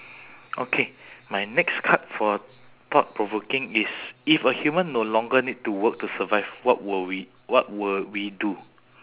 okay my next card for thought-provoking is if a human no longer need to work to survive what will we what will we do